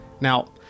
Now